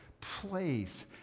place